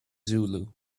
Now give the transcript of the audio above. zulu